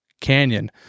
canyon